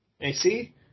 AC